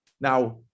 Now